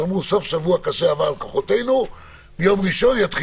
אני אמרו שעבר סוף שבוע קשה ויתחילו לזוז ביום ראשון.